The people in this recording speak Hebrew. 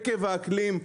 עקב האקלים,